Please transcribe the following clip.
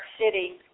City